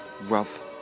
rough